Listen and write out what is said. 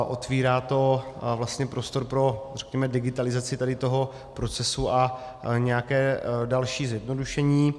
Otevírá to vlastně prostor pro digitalizaci tohoto procesu a nějaké další zjednodušení.